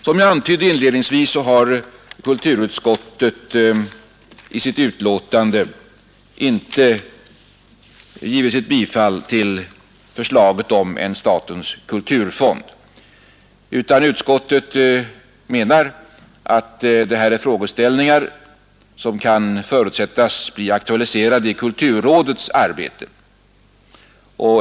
Som jag antydde inledningsvis har kulturutskottet i sitt betänkande inte givit sitt bifall till förslaget om en statens kulturfond, utan utskottet menar att detta är frågeställningar som kan förutsättas bli aktualiserade i kulturrådets arbete.